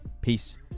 Peace